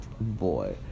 Boy